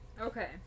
okay